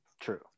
true